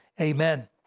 Amen